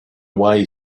way